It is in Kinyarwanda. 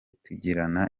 tugirana